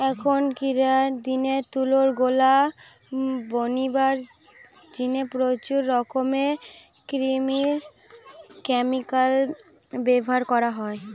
অখনকিরার দিনে তুলার গোলা বনিবার জিনে প্রচুর রকমের কৃত্রিম ক্যামিকাল ব্যভার করা হয়